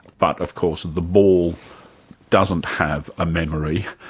but of course the ball doesn't have a memory,